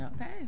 Okay